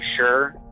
sure